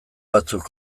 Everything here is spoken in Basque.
batzuk